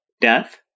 death